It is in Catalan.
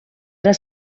era